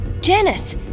Janice